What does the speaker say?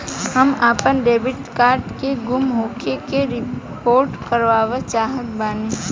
हम आपन debit card के गुम होखे के रिपोर्ट करवाना चाहत बानी